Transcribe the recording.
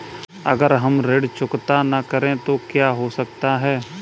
अगर हम ऋण चुकता न करें तो क्या हो सकता है?